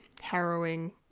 harrowing